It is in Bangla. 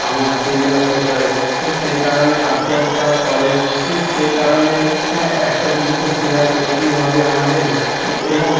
আমার সেইগুলো কোথায় সেই কারণে আত্মহত্যাও করে সেই কারণে একটা কিছু তো শেয়ার করতেই হবে আমাদের এবং